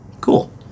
Cool